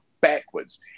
backwards